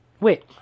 wait